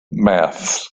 maths